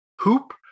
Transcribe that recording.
hoop